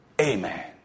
amen